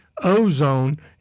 ozone